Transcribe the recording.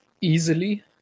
easily